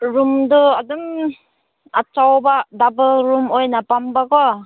ꯔꯨꯝꯗꯣ ꯑꯗꯨꯝ ꯑꯆꯧꯕ ꯗꯕꯜ ꯔꯨꯝ ꯑꯣꯏꯅ ꯄꯥꯝꯕꯀꯣ